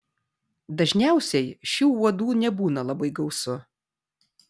dažniausiai šių uodų nebūna labai gausu